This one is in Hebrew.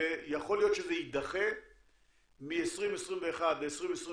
שיכול להיות שזה יידחה מ-2021 ל-2022